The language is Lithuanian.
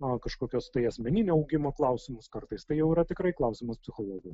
na kažkokius tai asmeninio augimo klausimus kartais tai jau yra tikrai klausimas psichologui